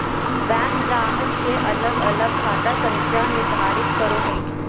bank ग्राहक के अलग अलग खाता संख्या निर्धारित करो हइ